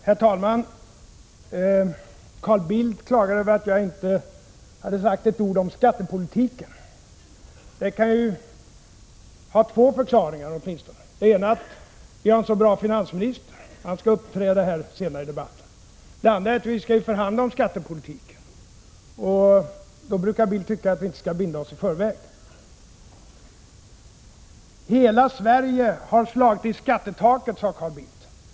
Herr talman! Carl Bildt klagade över att jag inte sade ett ord om skattepolitiken. Detta kan ju ha åtminstone två förklaringar. Den ena förklaringen kan vara den att vi har en så bra finansminister — han skall uppträda senare i debatten. Den andra kan vara den att vi skall förhandla om skattepolitiken. I sådana fall brukar Carl Bildt tycka att vi inte skall binda oss i förväg. Hela Sverige har slagit i skattetaket, sade Carl Bildt.